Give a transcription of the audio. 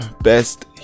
Best